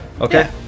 okay